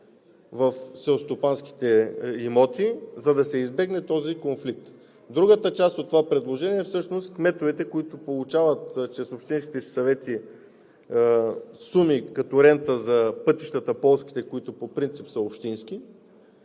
в селскостопанските имоти, за да се избегне този конфликт. Другата част от това предложение е кметовете, които получават чрез общинските си съвети суми като рента за полските пътища, които по принцип са общински,